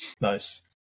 Nice